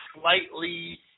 slightly